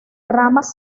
ramas